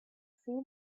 seen